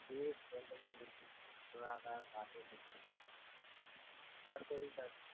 ہاں ٹھیک ایک دم سے بالکل تھوڑا سا سر وہی سر